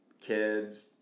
kids